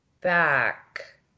back